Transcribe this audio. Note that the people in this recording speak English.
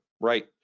right